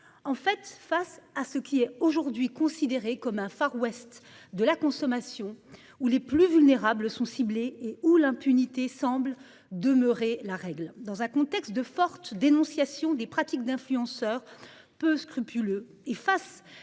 bref, à ce qui est aujourd'hui perçu comme un Far West de la consommation, dans lequel les plus vulnérables sont ciblés et l'impunité semble demeurer la règle. Dans un contexte de fortes dénonciations des pratiques d'influenceurs peu scrupuleux, et face